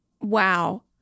wow